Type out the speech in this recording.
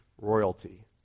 royalty